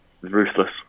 Ruthless